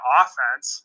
offense